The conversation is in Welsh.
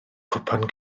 cwpan